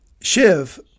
Shiv